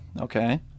Okay